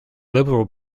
liberal